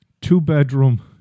two-bedroom